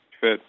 fit